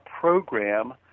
program